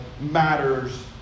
Matters